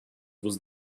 was